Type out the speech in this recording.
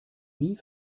nie